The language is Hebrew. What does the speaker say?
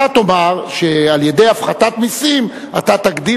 אתה תאמר שעל-ידי הפחתת מסים אתה תגדיל,